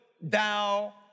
thou